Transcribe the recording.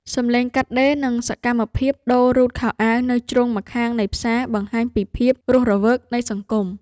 សំឡេងកាត់ដេរ និងសកម្មភាពដូររ៉ូតខោអាវនៅជ្រុងម្ខាងនៃផ្សារបង្ហាញពីភាពរស់រវើកនៃសង្គម។